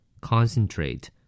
Concentrate